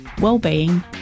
well-being